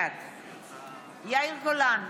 בעד יאיר גולן,